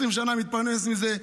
20 שנה אני מתפרנס מזה.